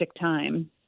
time